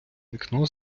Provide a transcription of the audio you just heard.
вікно